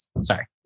Sorry